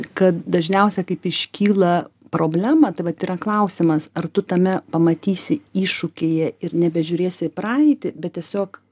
kad dažniausiai kaip iškyla problema tai vat yra klausimas ar tu tame pamatysi iššūkyje ir nebežiūrėsi į praeitį bet tiesiog